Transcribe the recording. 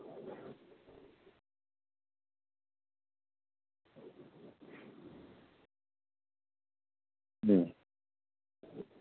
ᱦᱩᱸ